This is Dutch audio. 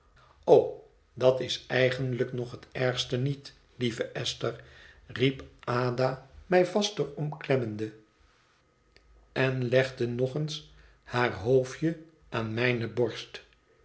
o dat is eigenlijk nog het ergste niet lieve esther riep ada mij vaster omklemmende en legde nog eens haar hoofdje aan mijne borst